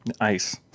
Ice